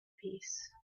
peace